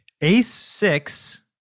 ace-six